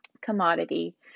commodity